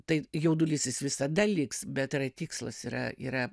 tai jaudulys jis visada liks bet yra tikslas yra yra